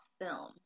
film